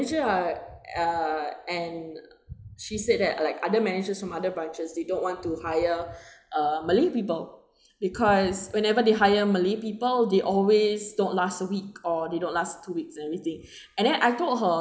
~ger uh and she said that like other managers from other branches they don't want to hire uh malay people because whenever they hire malay people they always don't last a week or they don't last two weeks and everything and then I told her